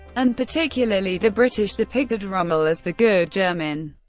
and particularly the british, depicted rommel as the good german.